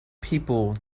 people